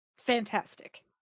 fantastic